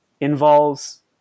involves